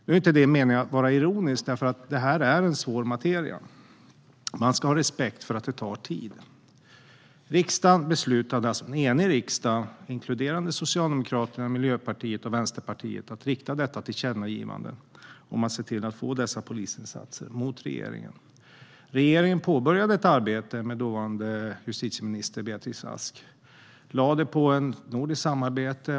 Det är inte meningen att vara ironisk, för detta är en svår materia. Man ska ha respekt för att det tar tid. En enig riksdag, inkluderande Socialdemokraterna, Miljöpartiet och Vänsterpartiet, beslutade att rikta detta tillkännagivande till regeringen, om att man skulle se till att få dessa polisinsatser. Regeringen påbörjade ett arbete med dåvarande justitieminister Beatrice Ask och lade upp det som ett nordiskt samarbete.